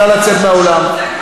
נא לצאת מהאולם.